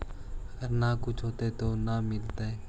अगर न कुछ होता तो न मिलता?